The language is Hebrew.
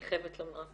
אני חייבת לומר,